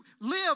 live